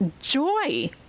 joy